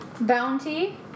Bounty